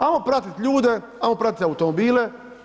Ajmo pratiti ljude, ajmo pratiti automobile.